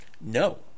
No